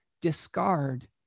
discard